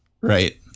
right